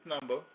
number